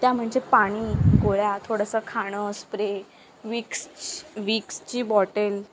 त्या म्हणजे पाणी गोळ्या थोडंसं खाणं स्प्रे विक्स विक्सची बॉटेल